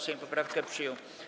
Sejm poprawkę przyjął.